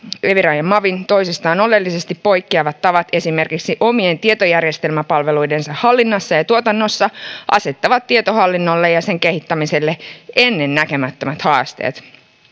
eviran ja mavin toisistaan oleellisesti poikkeavat tavat esimerkiksi omien tietojärjestelmäpalveluidensa hallinnassa ja ja tuotannossa asettavat tietohallinnolle ja sen kehittämiselle ennennäkemättömät haasteet